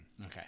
Okay